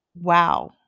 Wow